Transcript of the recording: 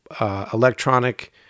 electronic